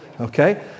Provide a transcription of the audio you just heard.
okay